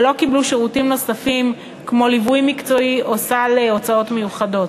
ולא קיבלו שירותים נוספים כמו ליווי מקצועי או סל הוצאות מיוחדות.